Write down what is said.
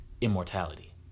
immortality